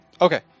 Okay